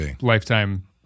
lifetime